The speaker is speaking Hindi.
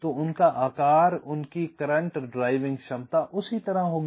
तो उनका आकार उनकी करंट ड्राइविंग क्षमता उसी तरह होगी